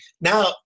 Now